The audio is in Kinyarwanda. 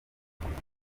uturuka